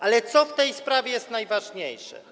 Ale co w tej sprawie jest najważniejsze?